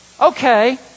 Okay